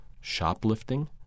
shoplifting